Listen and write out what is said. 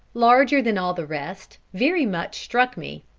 larger than all the rest, very much struck me,